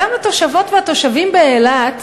גם התושבות והתושבים באילת,